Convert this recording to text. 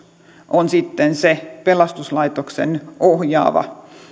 on sitten se pelastuslaitoksen ohjaava